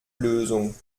lösung